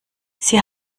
sie